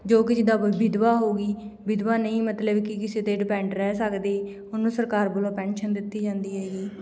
ਜੋ ਕਿ ਜਿੱਦਾਂ ਵਿਧਵਾ ਹੋ ਗਈ ਵਿਧਵਾ ਨਹੀਂ ਮਤਲਬ ਕਿ ਕਿਸੇ 'ਤੇ ਡਿਪੈਂਡ ਰਹਿ ਸਕਦੀ ਉਹਨੂੰ ਸਰਕਾਰ ਵੱਲੋਂ ਪੈਨਸ਼ਨ ਦਿੱਤੀ ਜਾਂਦੀ ਹੈਗੀ